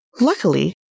Luckily